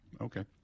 Okay